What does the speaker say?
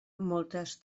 moltes